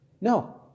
No